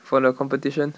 for the competition